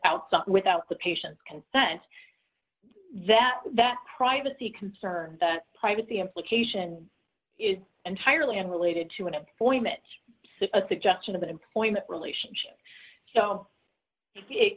outside without the patient's consent that that privacy concerns the privacy implication is entirely unrelated to an employment a suggestion of an employment relationship so it